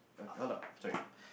hold up sorry